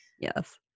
Yes